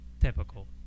typical